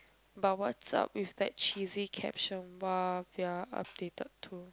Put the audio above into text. but what's up with that cheesy caption while their updated to